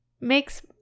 makes